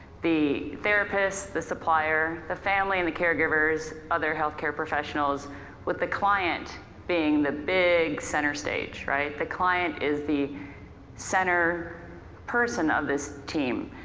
the therapist, the supplier, the family and the caregivers, other healthcare professionals with the client being the big center-stage, right. the client is the center person of this team.